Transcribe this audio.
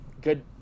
good